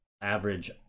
average